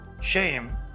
shame